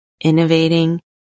innovating